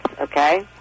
okay